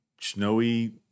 snowy